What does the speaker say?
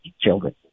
children